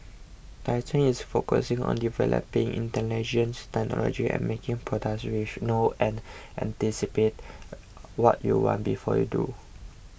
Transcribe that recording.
Dyson is focusing on developing intelligent technology and making products which know and anticipate what you want before you do